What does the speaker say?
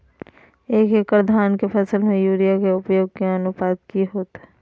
एक एकड़ धान के फसल में यूरिया के उपयोग के अनुपात की होतय?